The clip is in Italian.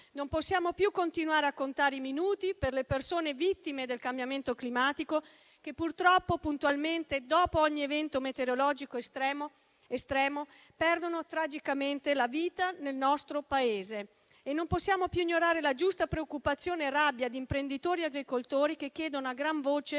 Non possiamo più continuare a contare i minuti per le persone vittime del cambiamento climatico, che purtroppo puntualmente, dopo ogni evento meteorologico estremo, perdono tragicamente la vita nel nostro Paese. Non possiamo più ignorare la giusta preoccupazione e la rabbia di imprenditori e agricoltori che chiedono a gran voce